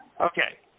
Okay